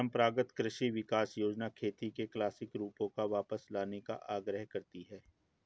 परम्परागत कृषि विकास योजना खेती के क्लासिक रूपों पर वापस जाने का आग्रह करती है